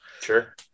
Sure